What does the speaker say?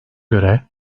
göre